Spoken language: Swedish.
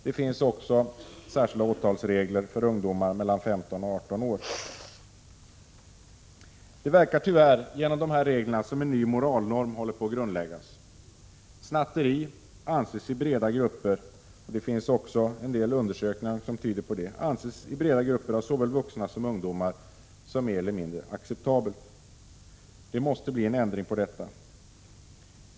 Det finns också Det verkar genom dessa regler tyvärr som om en ny normalnorm håller på att grundläggas. Snatteri anses — en del undersökningar tyder på det i breda grupper av såväl vuxna som ungdomar som mer eller mindre acceptabelt. Det måste bli en ändring på detta.